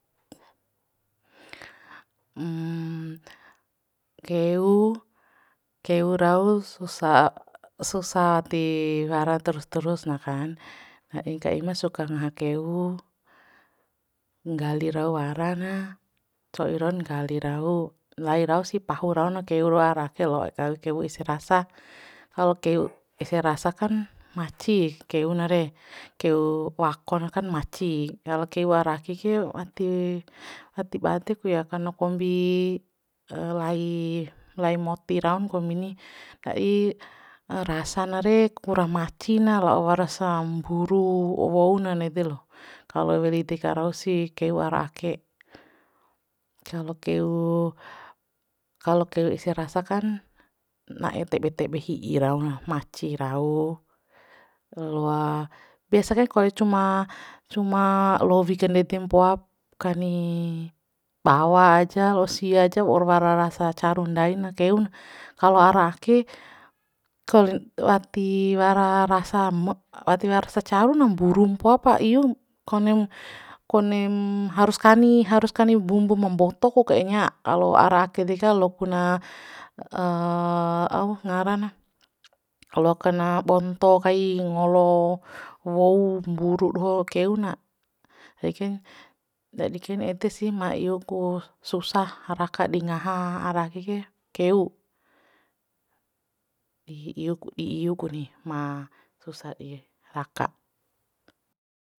keu rau susah susa wati wara terus terus na kan ndadi ka ima suka ngaha keu nggali rau wara na coi raun nggali rau lai rausi pahu raun keu roa ra ke lao keu ese rasa kalo keu ese rasa kan maci keuna re keu wakona kan maci kalo keu ra ke ke wati wati bade ku ya kan no kombi lai lai moti raun kombi ni rasa na re kura maci na lao warasa mburu wou na ne de lo kalo weli deka rausi keu ara ake kalo keu kalo keu ese rasa kan na'e tebe tebe hi'i rau na maci rau loa biasa kai kone cuma cuma lowi kandede mpoap kani bawa aja lao sia ja waura wara rasa caru ndaina keu na kalo ara ake wati wara rasa mo watiwra rasa caru na mburu mpoapa ium konem konem harus kani harus kani mbumbu ma mboto ku kek nya kalo ara ke deka loakuna au ngara na loaki na bonto kai ngolo wou mburu doho keu na eken ndadi kein ede sih ma iu ku susah raka di ngaha ara ke ke keu ndi iu ku ni ma susah di raka